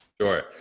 Sure